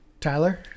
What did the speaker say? Tyler